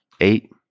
Eight